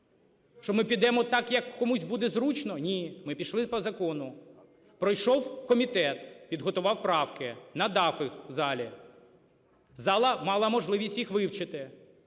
що ми підемо так як комусь буде зручно? Ні. ми пішли по закону. Пройшов комітет, підготував правки, надав їх в залі, зала мала можливість їх вивчити,